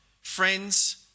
Friends